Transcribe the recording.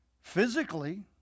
Physically